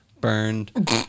burned